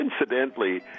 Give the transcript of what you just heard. incidentally